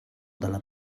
dalla